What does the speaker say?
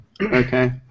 Okay